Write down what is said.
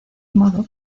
modo